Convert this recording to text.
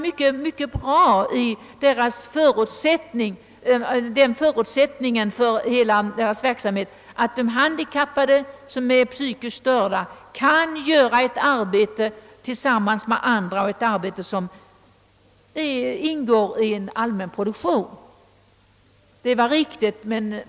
Men själva förutsättningen för verksamheten var riktig, nämligen att de psykiskt utvecklingsstörda kan tillsammans med andra handikappade göra ett arbete som ingår i den allmänna produktionen.